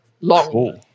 long